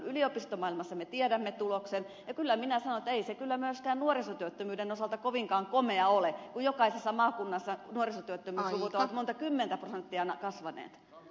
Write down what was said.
yliopistomaailmassa me tiedämme tuloksen ja kyllä minä sanon että ei se kyllä myöskään nuorisotyöttömyyden osalta kovinkaan komea ole kun jokaisessa maakunnassa nuorisotyöttömyysluvut ovat monta kymmentä prosenttia kasvaneet